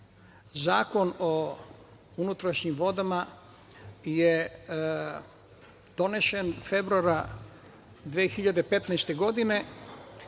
Zakon o unutrašnjim vodama je donesen februara 2015. godine